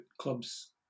clubs